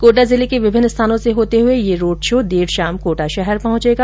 कोटा जिले को विभिन्न स्थानों से होते हए यह रोड़ शो देर शाम कोटा शहर पहंचेगा